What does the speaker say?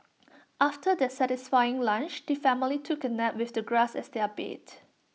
after their satisfying lunch the family took A nap with the grass as their bed